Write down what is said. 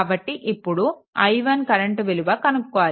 కాబట్టి ఇప్పుడు i1 current విలువ కనుక్కోవాలి